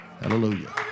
Hallelujah